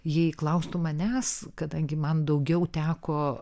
jei klaustų manęs kadangi man daugiau teko